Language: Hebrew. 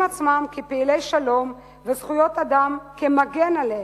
עצמם כפעילי שלום וזכויות אדם כמגן עליהם,